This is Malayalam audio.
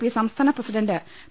പി സംസ്ഥാന പ്രസിഡന്റ് പി